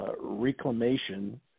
reclamation